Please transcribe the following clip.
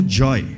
joy